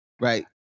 right